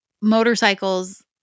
motorcycles